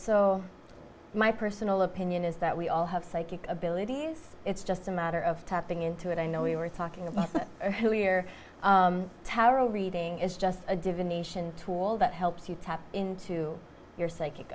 so my personal opinion is that we all have psychic abilities it's just a matter of tapping into it i know we were talking about who we are tarot reading is just a divination tool that helps you tap into your psychic